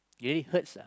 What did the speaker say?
really hurts lah